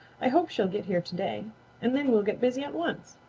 i hope she'll get here to-day and then we'll get busy at once.